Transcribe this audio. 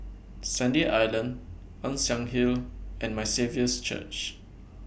Sandy Island Ann Siang Hill and My Saviour's Church